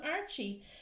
Archie